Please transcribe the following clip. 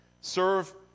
Serve